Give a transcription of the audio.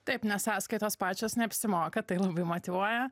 taip nes sąskaitos pačios neapsimoka tai labai motyvuoja